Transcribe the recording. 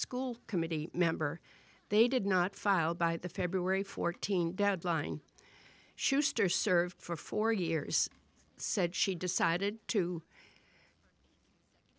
school committee member they did not file by the february fourteenth deadline schuster served for four years said she decided to